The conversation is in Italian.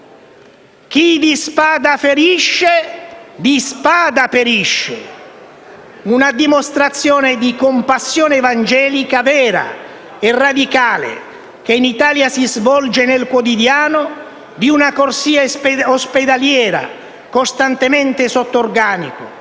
«chi di spada ferisce, di spada perisce». Una dimostrazione di compassione evangelica vera e radicale, che in Italia si svolge nel quotidiano di una corsia ospedaliera costantemente sotto organico,